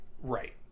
right